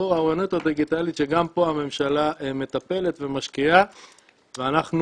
שגם פה הממשלה מטפלת ומשקיעה ואנחנו